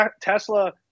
Tesla